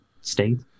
state